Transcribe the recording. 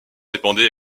dépendait